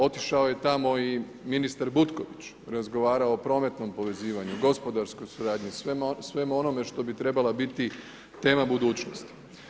Otišao je tamo i ministar Butković, razgovarao o prometnom povezivanju, gospodarskoj suradnji, svemu onome što bi trebala biti tema budućnosti.